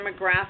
demographic